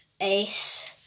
ace